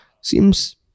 seems